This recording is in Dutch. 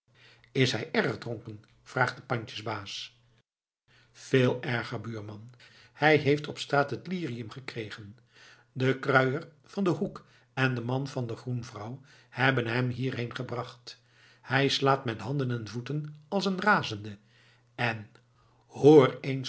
is hij erg dronken vraagt de pandjesbaas veel erger buurman hij heeft op straat het lirium gekregen de kruier van den hoek en de man van de groenvrouw hebben hem hierheen gebracht hij slaat met handen en voeten als een razende en hoor